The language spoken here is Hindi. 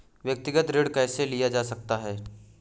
व्यक्तिगत ऋण कैसे लिया जा सकता है?